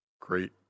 great